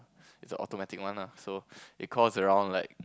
it's a automatic one ah so it cost around like